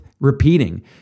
repeating